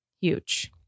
huge